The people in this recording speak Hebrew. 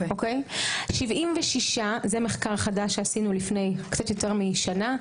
זה מחקר חדש שעשינו לפני קצת יותר משנה: